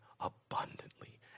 abundantly